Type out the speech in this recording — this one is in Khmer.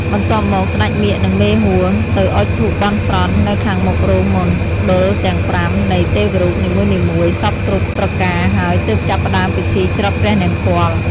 បន្ទាប់មក ស្ដេចមាឃ និង មេហួរ ទៅអុចធូបបន់ស្រន់ នៅខាងមុខរោងមណ្ឌលទាំង៥ នៃទេវរូបនីមួយៗ សព្វគ្រប់ប្រការហើយទើបចាប់ផ្ដើមពីធីច្រត់ព្រះនង្គ័ល។